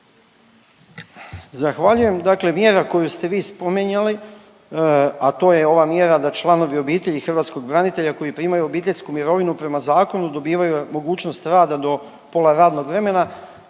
Zahvaljujem. Dakle mjera koju ste vi spominjali, a to je ova mjera da članovi obitelji hrvatskog branitelja koji primaju obiteljsku mirovinu prema zakonu dobivaju mogućnost rada do pola radnog vremena,